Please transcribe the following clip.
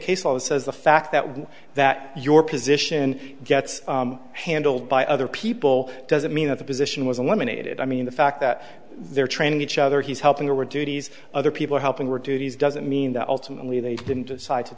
that says the fact that one that your position gets handled by other people doesn't mean that the position was eliminated i mean the fact that they're training each other he's helping or we're duties other people helping we're duties doesn't mean that ultimately they didn't decide to